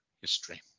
history